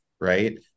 right